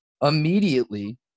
immediately